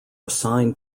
assigned